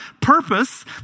purpose